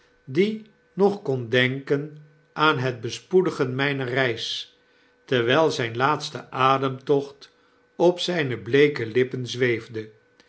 die nog kon denken aan het bespoedigen myner reis terwyl zyn laatste ademtocht op zijne bleeke lippen zweefde